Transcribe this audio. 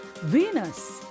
Venus